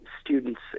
students